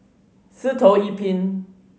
Sitoh Yih Pin